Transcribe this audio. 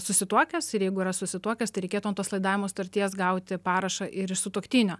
susituokęs ir jeigu yra susituokęs tai reikėtų ant tos laidavimo sutarties gauti parašą ir iš sutuoktinio